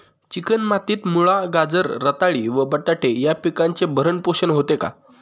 Chicken मातीत मुळा, गाजर, रताळी व बटाटे या पिकांचे भरण पोषण होते का?